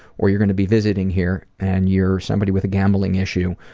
or you're gonna be visiting here, and you're somebody with a gambling issue,